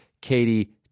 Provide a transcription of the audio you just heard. Katie